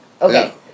okay